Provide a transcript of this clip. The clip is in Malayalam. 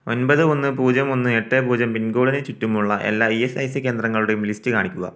ഒൻപത് ഒന്ന് പൂജ്യം ഒന്ന് എട്ട് പൂജ്യം പിൻകോഡിന് ചുറ്റുമുള്ള എല്ലാ ഇ എസ് ഐ സി കേന്ദ്രങ്ങളുടെയും ലിസ്റ്റ് കാണിക്കുക